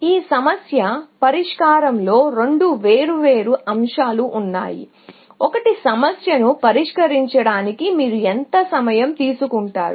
ఈ సమస్య పరిష్కారంలో రెండు వేర్వేరు అంశాలు ఉన్నాయి ఒకటి సమస్యను పరిష్కరించడానికి మీరు ఎంత సమయం తీసుకుంటారు